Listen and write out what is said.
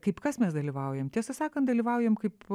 kaip kas mes dalyvaujam tiesą sakant dalyvaujam kaip